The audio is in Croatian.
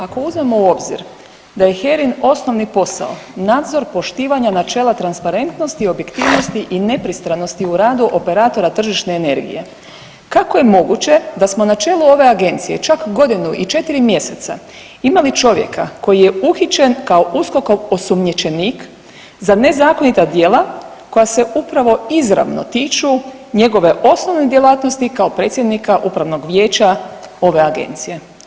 Ako uzmemo u obzir da je HERA-in osnovni posao nadzor poštovanja načela transparentnosti, objektivnosti i nepristranosti u radu operatora tržište energije, kako je moguće da smo na čelu ove agencije čak godinu i 4. mjeseca imali čovjeka koji je uhićen kao USKOK-ov osumnjičenik za nezakonita djela koja se upravo izravno tiču njegove osnovne djelatnosti kao predsjednika upravnog vijeća ove agencije?